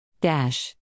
dash